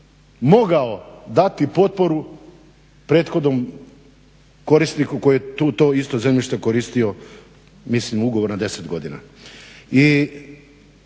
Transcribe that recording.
mogao dati potporu prethodnom korisniku koji je tu to isto zemljište koristio mislim ugovor na 10 godina.